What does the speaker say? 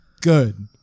Good